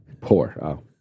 Poor